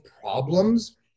problems